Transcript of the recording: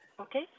Okay